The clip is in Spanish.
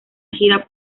gira